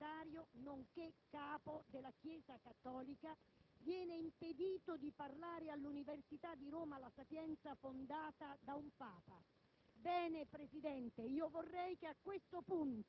lui, professore universitario nonché Capo della Chiesa Cattolica, viene impedito di parlare all'Università di Roma «La Sapienza», fondata da un Papa.